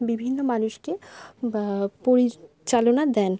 বিভিন্ন মানুষকে পরিচালনা দেন